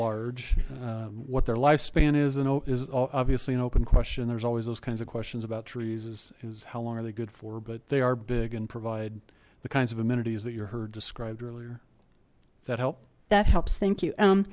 large what their lifespan is i know is obviously an open question there's always those kinds of questions about trees is how long are they good for but they are big and provide the kinds of amenities that you're heard described earlier does that help that helps thank you um